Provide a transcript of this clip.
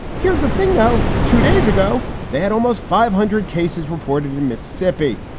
here's the thing, though. two days ago, they had almost five hundred cases reported in mississippi.